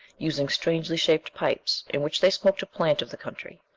using strangely shaped pipes, in which they smoked a plant of the country.